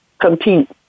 compete